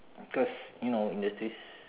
because you know industries